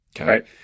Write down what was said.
Okay